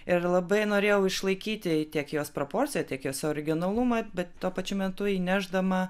ir labai norėjau išlaikyti tiek jos proporciją tiek jos originalumą bet tuo pačiu metu įnešdama